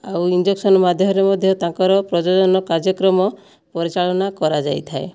ଆଉ ଇଞ୍ଜେକ୍ସନ ମାଧ୍ୟମରେ ମଧ୍ୟ ତାଙ୍କର ପ୍ରଜନନ କାର୍ଯ୍ୟକ୍ରମ ପରିଚାଳନା କରାଯାଇଥାଏ